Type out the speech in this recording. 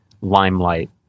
limelight